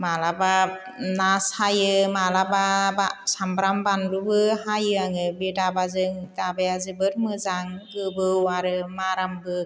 माब्लाबा ना सायो माब्लाबा सामब्राम बानलुबो हायो आङो बे दाबाजों दाबाया जोबोद मोजां गोबौ आरो मारामबो